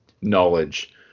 knowledge